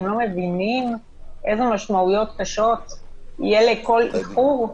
אתם לא מבינים אילו משמעויות קשות יהיו לכל איחור?